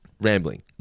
rambling